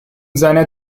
seiner